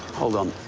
hold on.